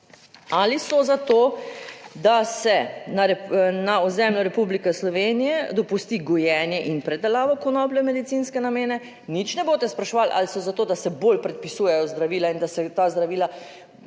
ali so za to, da se na ozemlju Republike Slovenije dopusti gojenje in predelavo konoplje v medicinske namene. Nič ne boste spraševali ali so za to, da se bolj predpisujejo zdravila in da se ta zdravila